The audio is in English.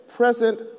Present